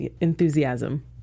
Enthusiasm